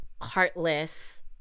heartless